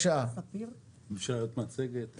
הדרך להשיג את זה היא